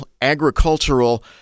agricultural